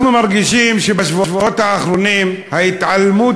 אנחנו מרגישים שבשבועות האחרונים ההתעלמות